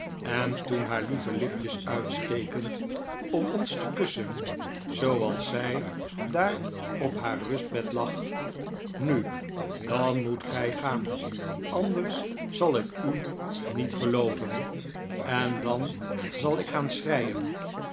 en toen haar lieve lipjes uitstekend om ons te kussen zooals zij daar op haar rustbed lag nu dan moet gij gaan anders zal ik u niet gelooven en dan zal ik gaan schreien